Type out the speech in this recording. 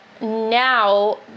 now